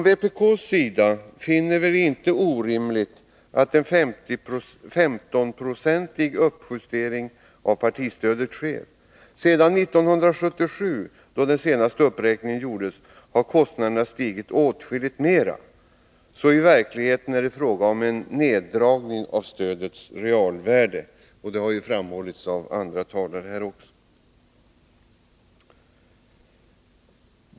Vpk finner det inte orimligt att en 15-procentig uppjustering av partistödet sker. Sedan 1977, då den senaste uppräkningen gjordes, har kostnaderna stigit åtskilligt mera. I verkligheten är det fråga om en neddragning av stödets realvärde, vilket också har framhållits av föregående talare.